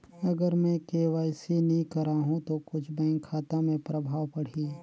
अगर मे के.वाई.सी नी कराहू तो कुछ बैंक खाता मे प्रभाव पढ़ी?